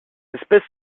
espèce